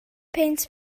punt